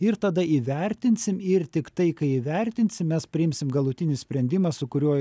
ir tada įvertinsim ir tiktai kai įvertinsim mes priimsim galutinį sprendimą su kuriuo